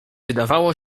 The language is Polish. wydawało